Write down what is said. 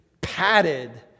Padded